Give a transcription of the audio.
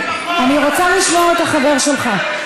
אני רוצה לשמוע את החבר שלך.